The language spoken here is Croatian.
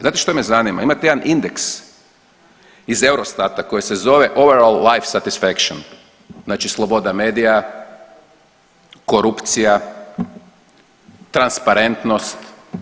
Znate što me zanima, imate jedan indeks iz Eurostata koji se zove overall life satisfaction, znači sloboda medija, korupcija, transparentnost.